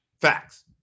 Facts